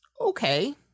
okay